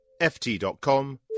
ft.com